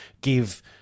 give